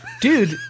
Dude